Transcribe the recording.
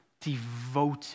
devoted